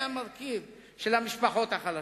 מרכיב בתזונה של המשפחות החלשות.